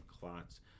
clots